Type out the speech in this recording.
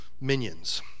minions